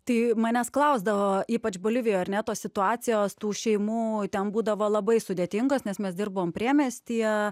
tai manęs klausdavo ypač bolivijoj ar ne tos situacijos tų šeimų ten būdavo labai sudėtingos nes mes dirbom priemiestyje